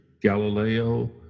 Galileo